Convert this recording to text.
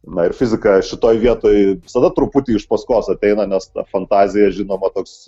na ir fizika šitoj vietoj visada truputį iš paskos ateina nes ta fantazija žinoma toks